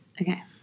Okay